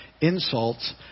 insults